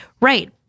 right